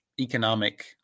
economic